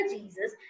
Jesus